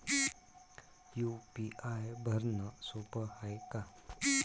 UPI भरनं सोप हाय का?